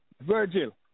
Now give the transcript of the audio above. Virgil